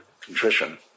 contrition